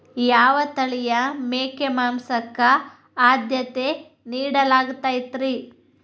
ಯಾವ ತಳಿಯ ಮೇಕೆ ಮಾಂಸಕ್ಕ, ಆದ್ಯತೆ ನೇಡಲಾಗತೈತ್ರಿ?